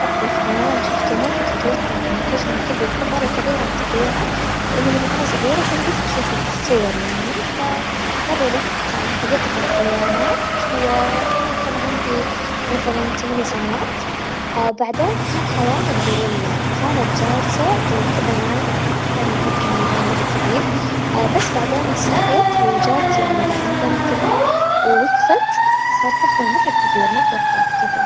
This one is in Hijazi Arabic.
أكبر حيوان شوفته وما كنت أتوقع إن حجمه كذا يكون مرة كبير ع الطبيعة، لأنه من وأنا صغيرة كنت بس أشوفه في الصور يعني ف- مرة روحت على حديقة الحيوانات، وانا كان عندي مثلاً ثمانية سنوات بعدين كان حيوان الغوريلا، كانت جالسة وكذا نايمة وما كان حجمها يبان مرة كبير بس بعدين صحيت وجات يعني لعندنا كذا، ووقفت صار حجمها مرة كبير ما توقعت كذا.